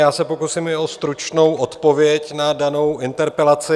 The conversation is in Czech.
Já se pokusím i o stručnou odpověď na danou interpelaci.